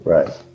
Right